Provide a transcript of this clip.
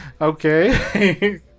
Okay